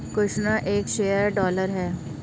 कृष्णा एक share holder है